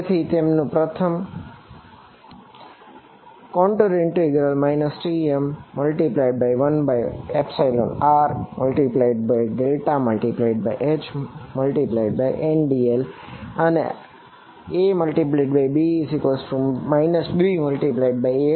તેથી તેમનું પ્રથમ Tm⋅1r∇×H⋅ndl અને a×b b×a બનશે